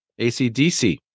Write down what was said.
ACDC